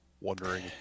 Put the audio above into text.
wondering